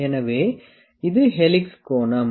எனவே இது ஹெலிக்ஸ் கோணம்